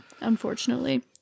unfortunately